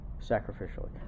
sacrificially